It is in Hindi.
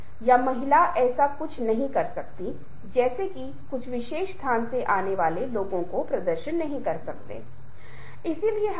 और मुझे आशा है कि आप लचीलापन की अवधारणा को समझ गए होंगे